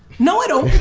no i don't.